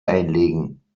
einlegen